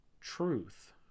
truth